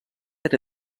era